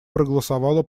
проголосовала